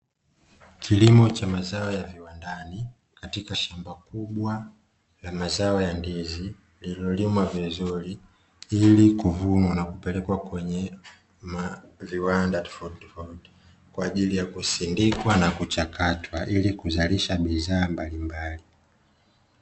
Kilimo cha mazao ya viwandani katika shamba kubwa la mazao ya ndizi lililolimwa vizuri, ili kuvunwa na kupelekwa kwenye viwanda Kwa ajili ya kusindikwa na kuchakatwa ili kuzalisha bidhaa mbalimbali.